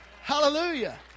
Hallelujah